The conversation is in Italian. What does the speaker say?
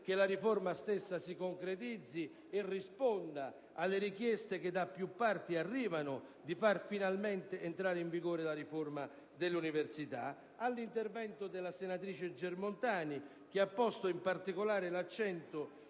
che la stessa si concretizzi e risponda alle richieste che da più parti arrivano di far finalmente entrare in vigore la riforma dell'università) e dalla senatrice Germontani (che ha posto in particolare l'accento